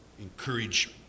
encourage